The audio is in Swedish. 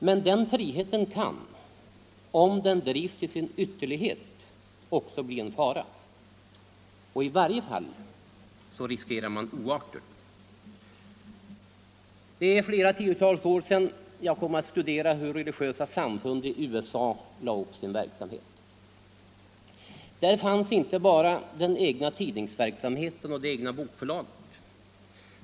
Men denna frihet kan, om den drivs till sin ytterlighet, också bli en fara. I varje fall riskerar man oarter. För flera tiotal år sedan kom jag att studera hur religiösa samfund i USA lade upp sin verksamhet. Där fanns inte bara den egna tidningsverksamheten och det egna bokförlaget.